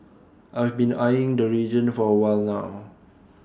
I've been eyeing the region for A while now